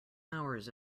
hours